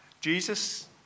Jesus